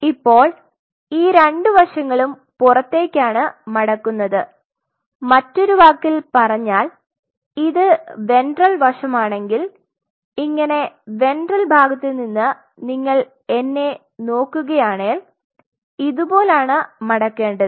ഇപ്പോൾ ഈ രണ്ട് വശങ്ങളും പുറത്തേക്കാണ് മടക്കുന്നത് മറ്റൊരു വാക്കിൽ പറഞ്ഞാൽ ഇത് വെൻട്രൽ വശമാണെങ്കിൽ ഇങ്ങനെ വെൻട്രൽ ഭാഗത്ത് നിന്ന് നിങ്ങൾ എന്നെ നോക്കുകയാനേൽ ഇതുപോലാണ് മടക്കേണ്ടതു